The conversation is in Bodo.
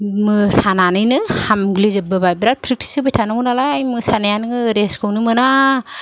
मोसानानैनो हामग्लिजोबबोबाय बिराथ प्रेकटिस होबाय थानांगौ नालाय मोसानायानो रेस्टखौनो मोना